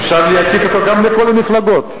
אפשר להציג אותו גם בכל המפלגות.